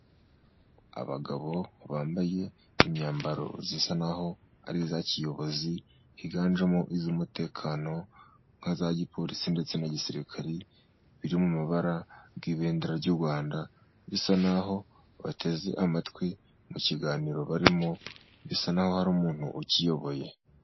Abagabo bambaye imyambaro isa n'aho ari iya kiyobozi, higanjemo iy'umutekano nk'iya giporisi, ndetse n'iya gisirikare biri mu mabara y'ibendera ry'u Rwanda, bisa n'aho bateze amatwi mu kiganiro barimo, bisa n'aho hari umuntu ukiyoboye